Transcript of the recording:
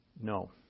No